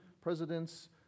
presidents